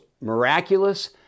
miraculous